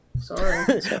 Sorry